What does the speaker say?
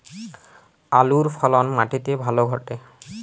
আলুর ফলন মাটি তে ভালো ঘটে?